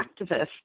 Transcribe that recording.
activists